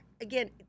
again